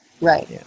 right